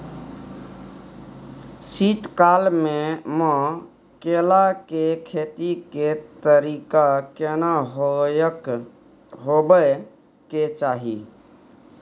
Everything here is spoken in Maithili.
शीत काल म केला के खेती के तरीका केना होबय के चाही?